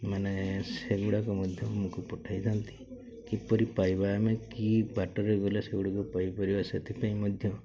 ମାନେ ସେଗୁଡ଼ାକ ମଧ୍ୟ ମୁଁ ପଠେଇଥାନ୍ତି କିପରି ପାଇବା ଆମେ କି ବାଟରେ ଗଲେ ସେଗୁଡ଼ିକ ପାଇପାରିବା ସେଥିପାଇଁ ମଧ୍ୟ